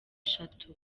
eshatu